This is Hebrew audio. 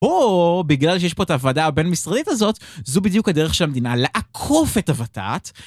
או בגלל שיש פה את הוועדה הבין-משרדית הזאת, זו בדיוק הדרך של המדינה לעקוף את הות"ת.